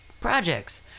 projects